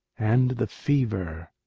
and the fever.